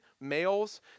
males